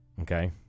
okay